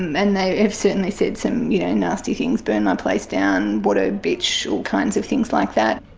and they have certainly said some you know nasty things, burn my place down, what a bitch, all kinds of things like that.